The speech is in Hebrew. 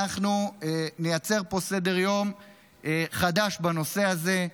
אנחנו נייצר פה סדר-יום חדש בנושא הזה.